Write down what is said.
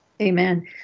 Amen